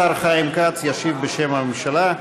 השר חיים כץ ישיב בשם הממשלה.